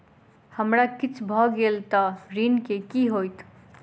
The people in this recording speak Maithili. हमरा किछ भऽ गेल तऽ ऋण केँ की होइत?